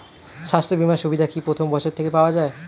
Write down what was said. স্বাস্থ্য বীমার সুবিধা কি প্রথম বছর থেকে পাওয়া যায়?